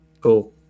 Cool